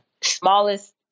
Smallest